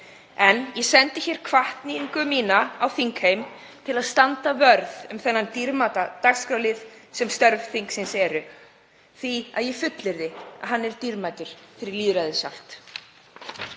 En ég sendi hér hvatningu mína til þingheims um að standa vörð um þennan dýrmæta dagskrárlið sem störf þingsins eru, því að ég fullyrði að hann sé dýrmætur fyrir lýðræðið sjálft.